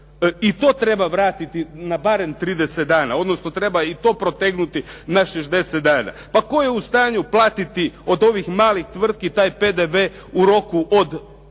I to treba vratiti na barem 30 dana odnosno treba i to protegnuti na 60 dana. Pa tko je u stanju platiti od ovih malih tvrtki taj PDV u roku od